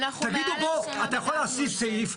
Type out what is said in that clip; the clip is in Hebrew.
אתה יכול להוסיף סעיף,